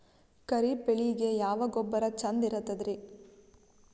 ಖರೀಪ್ ಬೇಳಿಗೆ ಯಾವ ಗೊಬ್ಬರ ಚಂದ್ ಇರತದ್ರಿ?